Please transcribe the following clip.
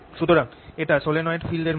সুতরাং এটা solenoid field এর মত